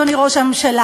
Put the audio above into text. אדוני ראש הממשלה.